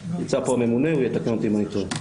נמצא פה הממונה, הוא יתקן אותי אם אני טועה.